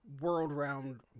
world-round